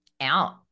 out